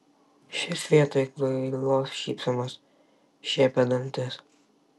šis vietoj kvailos šypsenos šiepė dantis